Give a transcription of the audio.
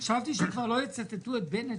חשבתי שכבר לא יצטטו את בנט,